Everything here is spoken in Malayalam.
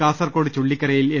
കാസർകോഡ് ചുള്ളിക്കരയിൽ എൽ